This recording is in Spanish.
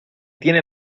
tiene